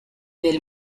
del